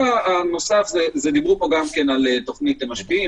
תוכנית משפיעים,